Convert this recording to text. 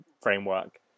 framework